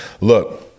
look